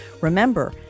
Remember